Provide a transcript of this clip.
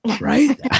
Right